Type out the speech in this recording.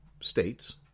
states